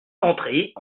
entrer